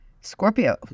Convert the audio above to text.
Scorpio